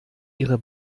ihre